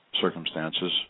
circumstances